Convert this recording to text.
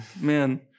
Man